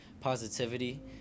positivity